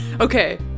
Okay